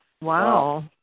Wow